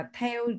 theo